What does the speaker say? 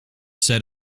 set